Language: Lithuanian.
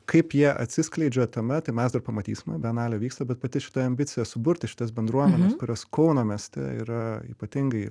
kaip jie atsiskleidžia tame tai mes dar pamatysime bienalė vyksta bet pati šita ambicija suburti šitas bendruomenes kurios kauno mieste yra ypatingai